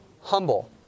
Humble